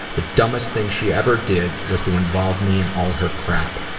the dumbest thing she ever did was to involve me in all her crap.